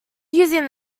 using